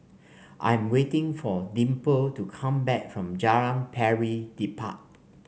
I'm waiting for Dimple to come back from Jalan Pari Dedap